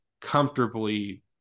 comfortably